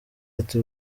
ati